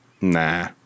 nah